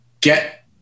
get